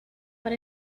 but